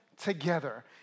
together